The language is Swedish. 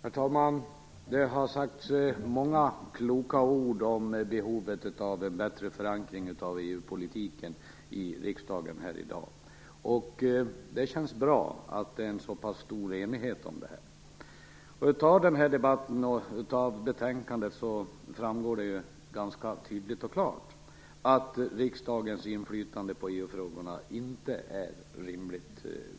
Herr talman! Det har sagts många kloka ord om behovet av en bättre förankring av EU-politiken i riksdagen här i dag. Det känns bra att det finns en så pass stor enighet kring det här. Av debatten och betänkandet framgår det ganska tydligt att riksdagens inflytande över EU-frågorna inte är